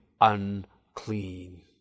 unclean